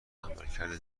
عملکرد